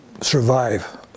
survive